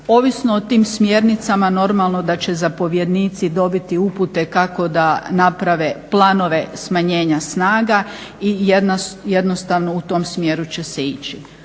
Ovisno o tim smjernicama normalno da će zapovjednici dobiti upute kako da naprave planove smanjenja snaga i jednostavno u tom smjeru će se ići.